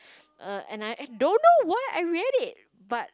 err and I don't know why I read it but